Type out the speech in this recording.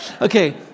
okay